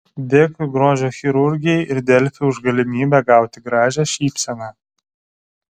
dėkui grožio chirurgijai ir delfi už galimybę gauti gražią šypseną